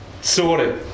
Sorted